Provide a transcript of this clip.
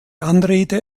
anrede